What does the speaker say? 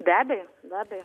be abejo be abejo